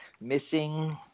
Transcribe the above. missing